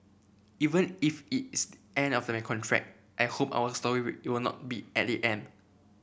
even if it's end of a contract I hope our story will not be at the end